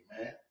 Amen